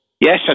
Yes